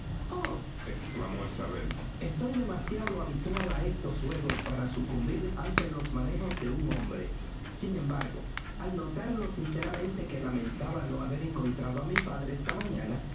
isabel estoy demasiado habituada a estos juegos para sucumbir ante los manejos de un hombre sin embargo al notar lo sinceramente que lamentaba no haber encontrado a mi padre esta mañana